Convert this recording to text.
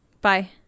Bye